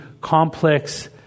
complex